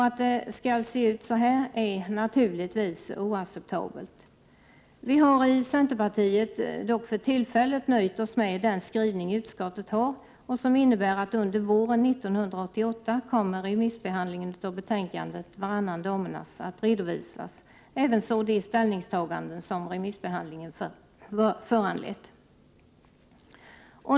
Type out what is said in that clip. Att det skall se ut så är naturligtvis oacceptabelt. Vi har i centerpartiet dock för tillfället nöjt oss med den skrivning utskottet gjort som innebär att remissbehandlingen av betänkandet Varannan damernas kommer att redovisas under våren 1988, ävenså de ställningstaganden som remissbehandlingen föranlett.